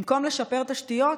במקום לשפר תשתיות,